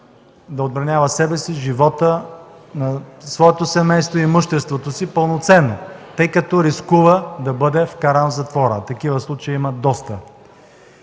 да отбранява себе си, живота на своето семейство и имуществото си пълноценно, тъй като рискува да бъде вкаран в затвора. Такива случаи има доста.